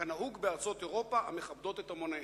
כנהוג בארצות אירופה המכבדות את אמניהן.